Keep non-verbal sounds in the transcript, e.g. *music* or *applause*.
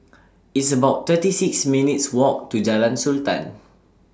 *noise* It's about thirty six minutes' Walk to Jalan Sultan